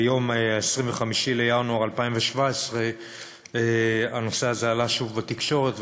ב-25 בינואר 2017 הנושא הזה עלה שוב בתקשורת,